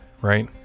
Right